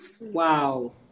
Wow